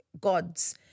gods